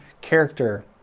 character